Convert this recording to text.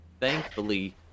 Thankfully